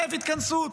מחייב התכנסות.